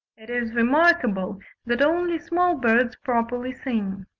it is remarkable that only small birds properly sing.